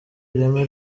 ireme